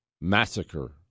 massacre